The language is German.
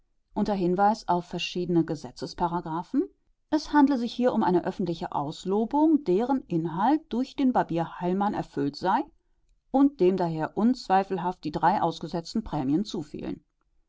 unter hinweis auf verschiedene gesetzesparagraphen es handle sich hier um eine öffentliche auslobung deren inhalt durch den barbier heilmann erfüllt sei und dem daher unzweifelhaft die drei ausgesetzten prämien zufielen